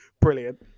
brilliant